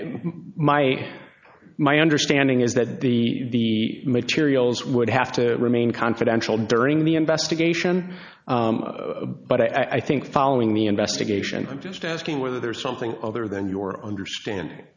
and my my understanding is that the materials would have to remain confidential during the investigation but i think following the investigation i'm just asking whether there's something other than your understand